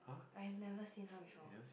I have never seen her before